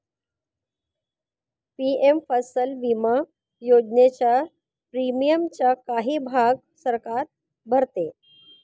PM फसल विमा योजनेच्या प्रीमियमचा काही भाग सरकार भरते